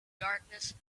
darkness